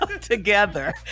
together